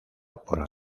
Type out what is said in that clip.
por